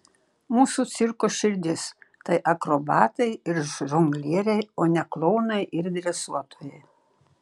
mūsų cirko širdis tai akrobatai ir žonglieriai o ne klounai ir dresuotojai